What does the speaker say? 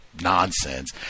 nonsense